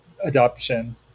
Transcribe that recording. adoption